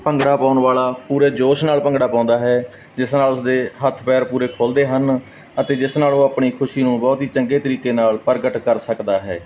ਭੰਗੜਾ ਪਾਉਣ ਵਾਲਾ ਪੂਰੇ ਜੋਸ਼ ਨਾਲ ਭੰਗੜਾ ਪਾਉਂਦਾ ਹੈ ਜਿਸ ਨਾਲ ਉਸ ਦੇ ਹੱਥ ਪੈਰ ਪੂਰੇ ਖੁੱਲਦੇ ਹਨ ਅਤੇ ਜਿਸ ਨਾਲ ਉਹ ਆਪਣੀ ਖੁਸ਼ੀ ਨੂੰ ਬਹੁਤ ਹੀ ਚੰਗੇ ਤਰੀਕੇ ਨਾਲ ਪ੍ਰਗਟ ਕਰ ਸਕਦਾ ਹੈ